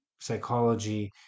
psychology